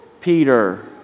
Peter